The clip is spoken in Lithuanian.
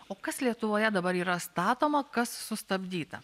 o kas lietuvoje dabar yra statoma kas sustabdyta